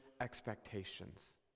expectations